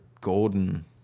Golden